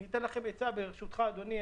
אני אתן לכם עצה ברשותך אדוני,